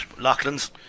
Lachlan's